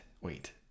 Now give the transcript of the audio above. wait